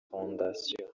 fondation